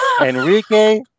Enrique